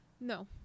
No